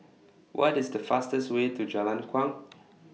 What IS The fastest Way to Jalan Kuang